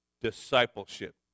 discipleship